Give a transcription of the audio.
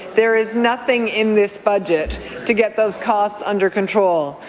there is nothing in this budget to get those costs under control.